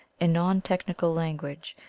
in non-technical language,